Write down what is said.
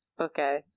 okay